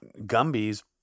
Gumby's